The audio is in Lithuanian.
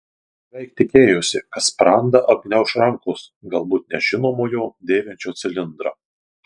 beveik tikėjosi kad sprandą apgniauš rankos galbūt nežinomojo dėvinčio cilindrą